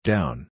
Down